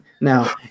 Now